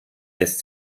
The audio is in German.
lässt